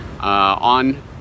on